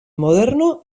moderno